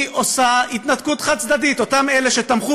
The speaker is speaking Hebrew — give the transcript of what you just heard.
היא עושה התנתקות חד-צדדית.